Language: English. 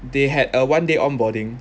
they had a one day on-boarding